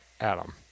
Adam